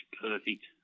Perfect